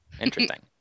Interesting